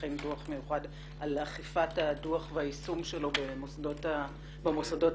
להכין דוח מיוחד על אכיפת הדוח והיישום שלו במוסדות המבוקרים.